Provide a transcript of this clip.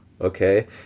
Okay